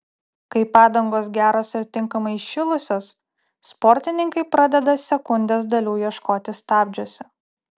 kai padangos geros ir tinkamai įšilusios sportininkai pradeda sekundės dalių ieškoti stabdžiuose